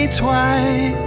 twice